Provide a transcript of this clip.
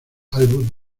álbum